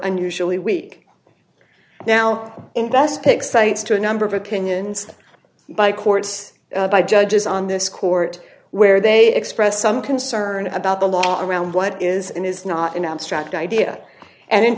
unusually weak now invest take cites to a number of opinions by courts by judges on this court where they express some concern about the law around what is and is not an abstract idea and in